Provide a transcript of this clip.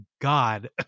God